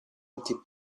anti